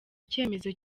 icyemezo